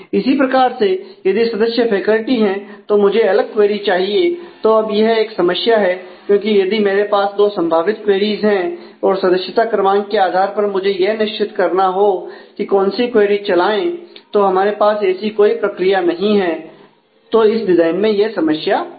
इसी प्रकार से यदि सदस्य फैकल्टी है तो मुझे अलग क्वेरी चाहिए तो अब यह एक समस्या है क्योंकि यदि मेरे पास दो संभावित क्वेरीज हैं और सदस्यता क्रमांक के आधार पर मुझे यह निश्चित करना हो कि कौन सी क्वेरी चलाए तो हमारे पास ऐसी कोई प्रक्रिया नहीं है तो इस डिजाइन में यह समस्या है